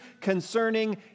concerning